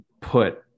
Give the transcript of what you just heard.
put